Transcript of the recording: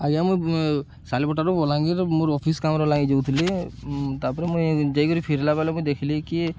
ଆଜ୍ଞା ମୁଇଁ ସାଲିପଟାରୁ ବଲାଙ୍ଗୀରରୁ ମୋର ଅଫିସ୍ କାମରେ ଲାଗି ଯାଉଥିଲି ତା'ପରେ ମୁଇଁ ଯାଇକିରି ଫିରିଲା ବେଳେ ମୁଇଁ ଦେଖିଲି କି